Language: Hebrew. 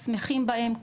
שמחים בהם,